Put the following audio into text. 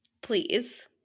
please